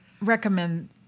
recommend